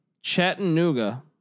Chattanooga